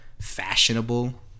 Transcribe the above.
fashionable